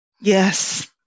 Yes